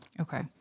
Okay